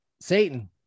Satan